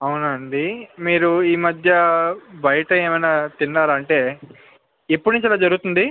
అవునా అండి మీరు ఈమధ్య బయట ఏమైనా తిన్నారా అంటే ఎప్పుడు నుంచి ఇలా జరుగుతుంది